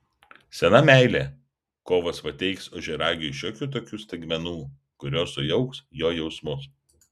sena meilė kovas pateiks ožiaragiui šiokių tokių staigmenų kurios sujauks jo jausmus